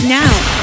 now